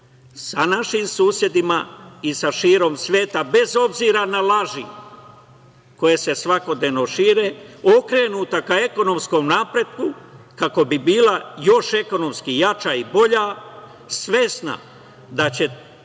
sa našim susedima i širom sveta bez obzira na laži koje se svakodnevno šire okrenuta ka ekonomskom napretku kako bi bila još ekonomski jača i bolja, svesna da će